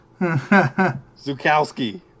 Zukowski